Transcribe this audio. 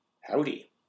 howdy